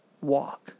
Walk